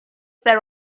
there